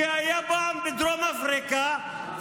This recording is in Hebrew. שהיה פעם בדרום אפריקה,